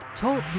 Talk